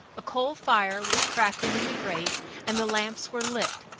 a coal fire was crackling in the grate and the lamps were lit,